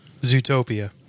Zootopia